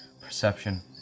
perception